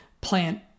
plant